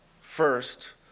first